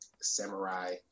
samurai